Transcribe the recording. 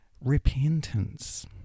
repentance